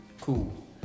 Cool